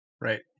Right